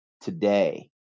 today